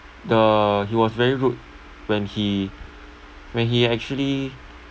the he was very rude when he when he actually